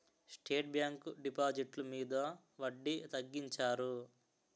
state bank డిపాజిట్లు మీద వడ్డీ తగ్గించారు